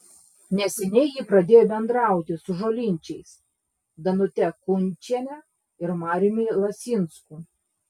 neseniai ji pradėjo bendrauti su žolinčiais danute kunčiene ir mariumi lasinsku